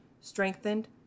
strengthened